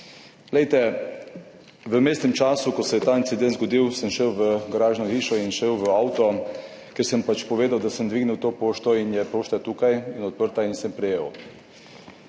V vmesnem času, ko se je ta incident zgodil, sem šel v garažno hišo in šel v avto, povedal sem, da sem dvignil to pošto in je pošta tukaj, je odprta in sem jo prejel.